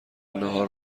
ناهار